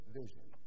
vision